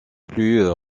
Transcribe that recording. plus